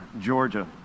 Georgia